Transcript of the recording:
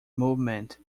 movement